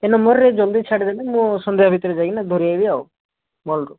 ଏଇ ନମ୍ବରରେ ଜଲଦି ଛାଡ଼ିଦେଲେ ମୁଁ ସନ୍ଧ୍ୟା ଭିତରେ ଯାଇକିନା ଧରିଆସିବି ଆଉ ମଲ୍ରୁ